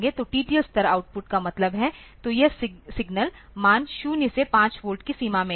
तो टीटीएल स्तर आउटपुट का मतलब है तो यह सिग्नल मान 0 से 5 वोल्ट की सीमा में हैं